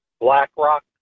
BlackRock